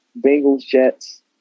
Bengals-Jets